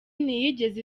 ntiyigeze